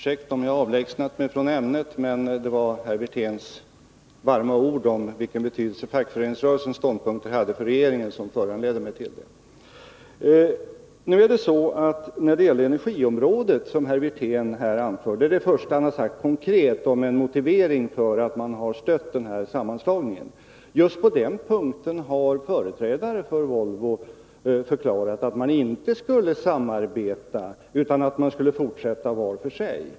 Herr talman! Jag ber talmannen om ursäkt om jag avlägsnat mig från ämnet. Det var herr Wirténs varma ord om vilken betydelse fackföreningsrörelsens ståndpunkter hade för regeringen som föranledde mig att göra det. När det gäller energiområdet, som herr Wirtén berörde — det är det första han sagt konkret om motiveringen till att man stött denna sammanslagning — har företrädare för Volvo förklarat att just på den punkten skulle man inte samarbeta utan fortsätta var för sig.